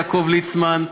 יעקב ליצמן,